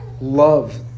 love